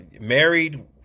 married